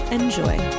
Enjoy